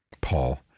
Paul